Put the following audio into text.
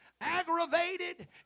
aggravated